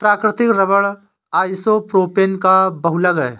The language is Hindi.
प्राकृतिक रबर आइसोप्रोपेन का बहुलक है